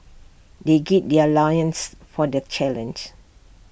they gird their loins for the challenge